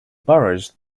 boroughs